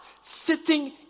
sitting